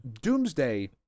Doomsday